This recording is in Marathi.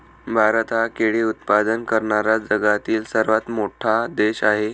भारत हा केळी उत्पादन करणारा जगातील सर्वात मोठा देश आहे